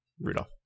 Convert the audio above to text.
Rudolph